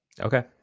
Okay